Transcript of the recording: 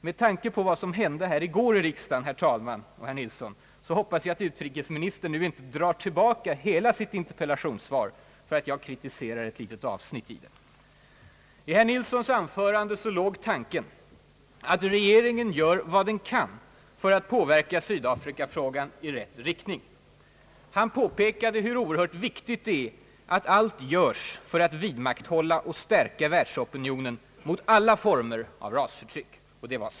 Med tanke på vad som hände i går här i riksdagen, herr talman, hoppas jag att utrikesministern inte nu drar tillbaka hela sitt interpellationssvar för att jag kritiserar ett litet avsnitt i det I herr Nilssons anförande låg tanken att regeringen gör vad den kan för att påverka Sydafrikafrågan i rätt riktning. Han påpekade »hur oerhört viktigt det är att allt görs för att vidmakthålla och stärka världsopinionen mot alla former av rasförtryck».